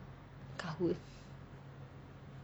kahoot